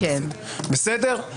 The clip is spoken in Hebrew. אני